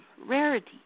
rarity